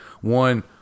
One